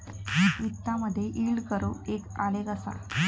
वित्तामधे yield curve एक आलेख असा